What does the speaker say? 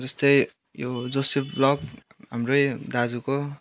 जस्तै यो Joseph vlog हाम्रै दाजुको